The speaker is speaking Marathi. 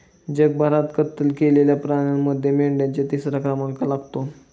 जगभरात कत्तल केलेल्या प्राण्यांमध्ये मेंढ्यांचा तिसरा क्रमांक लागतो